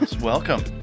Welcome